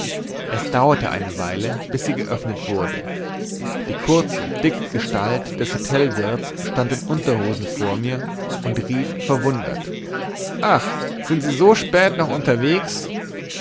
es dauerte eine weile bis sie geöffnet wurde die kurze dicke gestalt des hotelwirts stand in unterhosen vor mir und rief verwundert ach sie sind so spät noch unterwegs